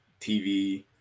TV